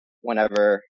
whenever